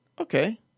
Okay